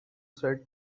said